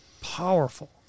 powerful